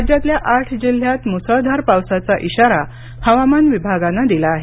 राज्यातल्या आठ जिल्ह्यांत मुसळधार पावसाचा इशारा हवामान विभागानं दिला आहे